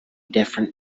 different